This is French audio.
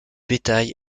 bétail